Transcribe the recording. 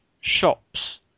shops